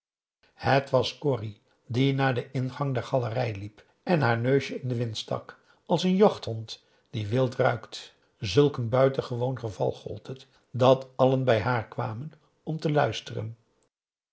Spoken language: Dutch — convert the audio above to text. het was corrie die naar den ingang der galerij liep en haar neusje in den wind stak als een jachthond die wild ruikt zulk een buitengewoon geval gold het dat allen bij haar kwamen om te luisteren